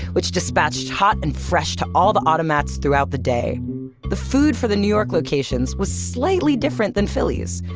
which dispatched hot and fresh to all the automats throughout the day the food for the new york locations was slightly different than philly's.